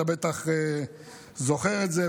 אתה בטח זוכר את זה.